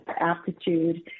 aptitude